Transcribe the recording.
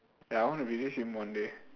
ya I want to visit him one day